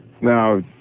Now